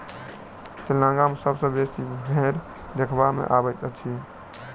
तेलंगाना मे सबसँ बेसी भेंड़ देखबा मे अबैत अछि